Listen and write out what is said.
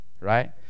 right